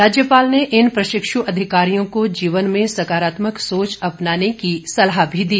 राज्यपाल ने इन प्रशिक्षु अधिकारियों को जीवन में सकारात्मक सोच अपनाने की सलाह भी दी